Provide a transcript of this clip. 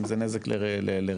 אם זה נזק לרכבים,